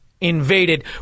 invaded